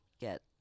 get